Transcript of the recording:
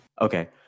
Okay